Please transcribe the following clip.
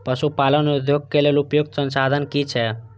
पशु पालन उद्योग के लेल उपयुक्त संसाधन की छै?